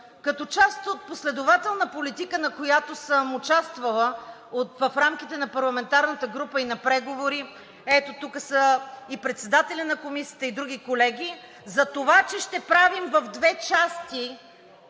като част от последователна политика, в която съм участвала в рамките на парламентарната група и на преговори. Ето тук са председателят на Комисията и други колеги затова, че ще правим в две части